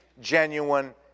genuine